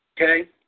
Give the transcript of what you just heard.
okay